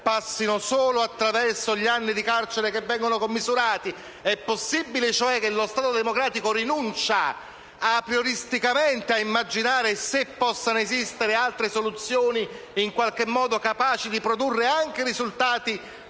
siano solo gli anni di carcere che vengono commisurati? È possibile che lo Stato democratico rinuncia aprioristicamente a immaginare se possono esistere altre soluzioni capaci di produrre risultati